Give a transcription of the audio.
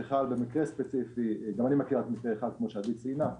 שחל בקרה ספציפי כפי שעדי ציינה,